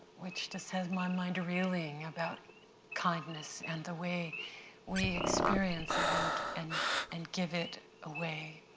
which just has my mind reeling about kindness and the way we experience it and and and give it away.